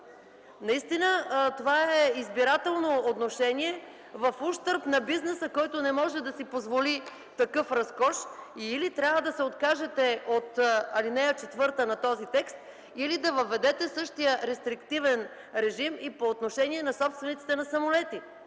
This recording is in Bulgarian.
Наистина това е избирателно отношение в ущърб на бизнеса, който не може да си позволи такъв разкош. Или трябва да се откажете от ал. 4 на този текст, или да въведете същия рестриктивен режим и по отношение на собствениците на самолети.